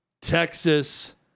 Texas